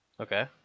Okay